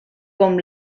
com